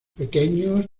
pequeños